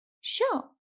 sure